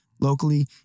locally